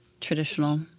traditional